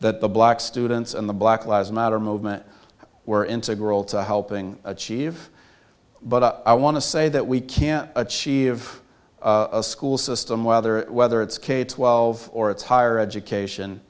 that the black students in the black lives matter movement were integral to helping achieve but i want to say that we can achieve a school system whether whether it's k twelve or it's higher education